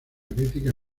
crítica